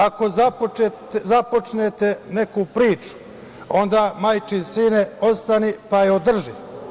Ako započnete neku priču, onda, majčin sine, ostani, pa je održi.